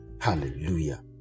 Hallelujah